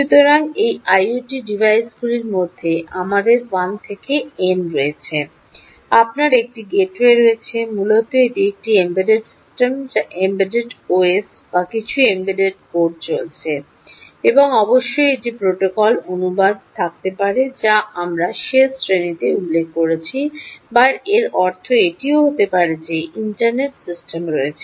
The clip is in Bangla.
সুতরাং এই আইওটি ডিভাইসগুলির মধ্যে আমাদের 1 থেকে এন রয়েছে আপনার একটি গেটওয়ে রয়েছে মূলত এটি একটি এম্বেডেড সিস্টেম যা এম্বেডড ওএস বা কিছু এমবেডেড কোড চলছে এবং অবশ্যই এটি প্রোটোকল অনুবাদে থাকতে পারে যা আমরা শেষ শ্রেণিতে উল্লেখ করেছি বা এর অর্থ এটিও হতে পারে যে ইন্টারনেট সিস্টেম রয়েছে